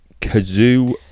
Kazoo